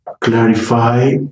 clarify